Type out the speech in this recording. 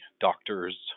doctors